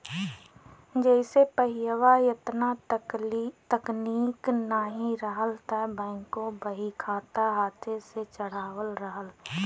जइसे पहिलवा एतना तकनीक नाहीं रहल त बैंकों बहीखाता हाथे से चढ़ावत रहल